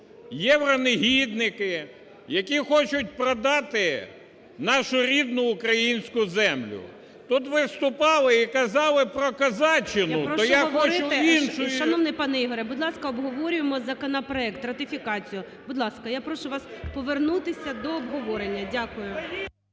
євронегідники, які хочуть продати нашу рідну українську землю. Тут виступали і казали про козаччину, то я хочу іншу… ГОЛОВУЮЧИЙ. Я прошу говорити… Шановний пане Ігоре, будь ласка, обговорюємо законопроект – ратифікацію. Будь ласка, я прошу вас повернутися до обговорення. Дякую.